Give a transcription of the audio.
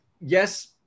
yes